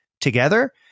together